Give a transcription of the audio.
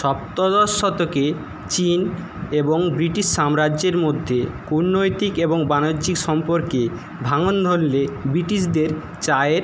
সপ্তদশ শতকে চীন এবং ব্রিটিশ সাম্রাজ্যের মধ্যে কূটনৈতিক এবং বাণিজ্যিক সম্পর্কে ভাঙন ধরলে ব্রিটিশদের চায়ের